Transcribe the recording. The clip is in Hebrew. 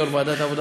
יו"ר ועדת העבודה,